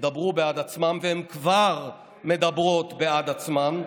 ידברו בעד עצמן, והן כבר מדברות בעד עצמן,